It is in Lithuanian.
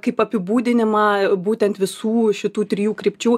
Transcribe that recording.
kaip apibūdinimą būtent visų šitų trijų krypčių